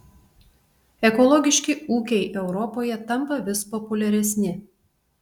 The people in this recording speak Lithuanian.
ekologiški ūkiai europoje tampa vis populiaresni